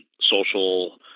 social